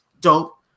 dope